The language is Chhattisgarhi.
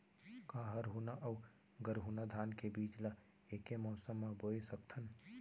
का हरहुना अऊ गरहुना धान के बीज ला ऐके मौसम मा बोए सकथन?